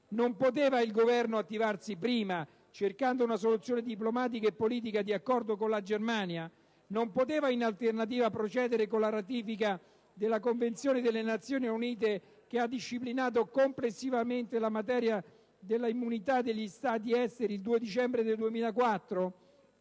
Non poteva il Governo attivarsi prima, cercando una soluzione diplomatica e politica di accordo con la Germania? Non poteva in alternativa procedere con la ratifica della Convenzione delle Nazioni Unite, che ha disciplinato complessivamente la materia della immunità degli Stati esteri il 2 dicembre del 2004?